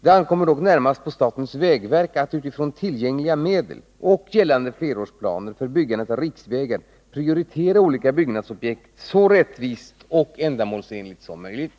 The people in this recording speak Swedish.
Det ankommer dock närmast på statens vägverk att utifrån tillgängliga medel och gällande flerårsplaner för byggandet av riksvägar prioritera olika byggnadsobjekt så rättvist och ändamålsenligt som möjligt.